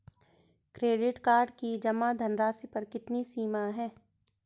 Credit card की जमा धनराशि पर कितनी सीमा है?